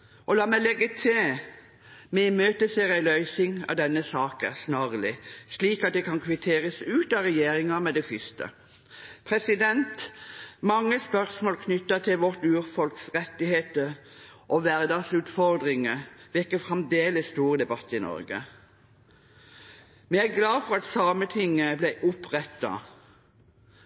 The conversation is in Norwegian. videre. La meg legge til at vi imøteser en løsning av denne saken snarlig, slik at det kan kvitteres ut av regjeringen med det første. Mange spørsmål knyttet til vårt urfolks rettigheter og hverdagsutfordringer vekker fremdeles stor debatt i Norge. Vi er glad for at Sametinget ble opprettet,